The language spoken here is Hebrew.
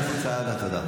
תודה.